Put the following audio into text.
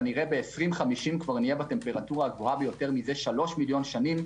כנראה ב-2050 נהיה בטמפרטורה הגבוהה ביותר מזה 3 מיליון שנים,